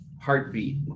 heartbeat